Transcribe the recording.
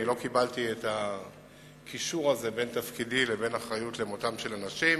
אני לא קיבלתי את הקישור הזה בין תפקידי לבין אחריות למותם של אנשים.